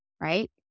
right